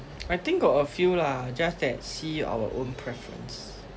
I think got a few lah just that see our own preference